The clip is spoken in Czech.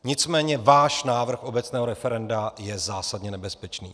Nicméně váš návrh obecného referenda je zásadně nebezpečný.